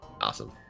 awesome